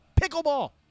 Pickleball